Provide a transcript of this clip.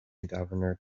governor